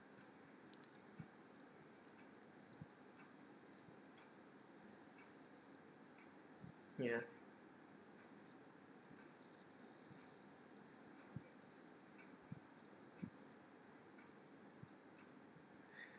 ya